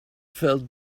felt